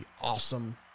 awesome